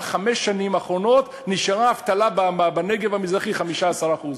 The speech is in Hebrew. אז למה בחמש השנים האחרונות נשארה האבטלה בנגב המזרחי 15%?